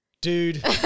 dude